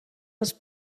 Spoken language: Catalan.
les